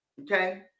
okay